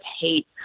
hate